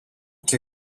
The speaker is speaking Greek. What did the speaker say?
και